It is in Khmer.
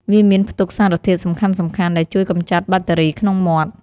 វាមានផ្ទុកសារធាតុសំខាន់ៗដែលជួយកម្ចាត់បាក់តេរីក្នុងមាត់។